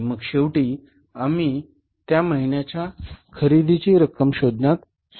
आणि मग शेवटी आम्ही त्या महिन्याच्या खरेदीची रक्कम शोधण्यात सक्षम होऊ